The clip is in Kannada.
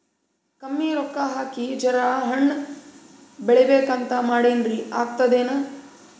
ಕಮ್ಮಿ ರೊಕ್ಕ ಹಾಕಿ ಜರಾ ಹಣ್ ಬೆಳಿಬೇಕಂತ ಮಾಡಿನ್ರಿ, ಆಗ್ತದೇನ?